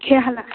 কিহেৰে খালা